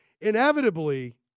Inevitably